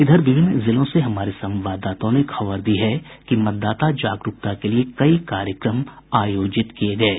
इधर विभिन्न जिलों से हमारे संवाददाताओं ने खबर दी है कि मतदाता जागरूकता के लिये कई कार्यक्रम आयोजित किये गये